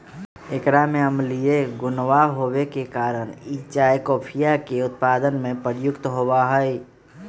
एकरा में अम्लीय गुणवा होवे के कारण ई चाय कॉफीया के उत्पादन में प्रयुक्त होवा हई